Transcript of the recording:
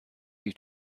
due